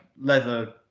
leather